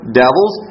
devils